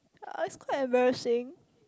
ask quite embarrassing